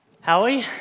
Howie